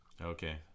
Okay